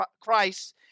Christ